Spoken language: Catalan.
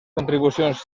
contribucions